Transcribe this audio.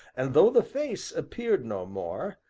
and though the face appeared no more,